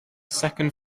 second